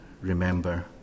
remember